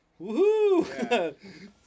Woohoo